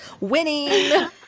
winning